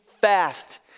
fast